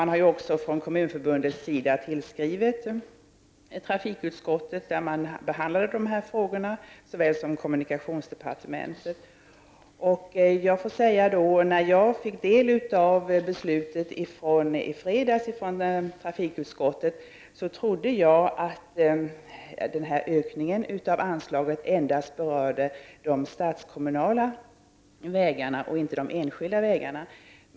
Kommunförbundet har också tillskrivit trafikutskottet, där man har behandlat dessa frågor, och kommunikationsdepartementet. När jag fick del av beslutet i fredags från trafikutskottet, trodde jag att ökningen av anslaget endast berörde de statskommunala vägarna och inte de enskilda vägarna.